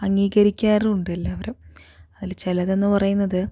അംഗീകരിക്കാറുമുണ്ട് എല്ലാവരും അതിൽ ചിലത് എന്ന് പറയുന്നത്